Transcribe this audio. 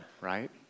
right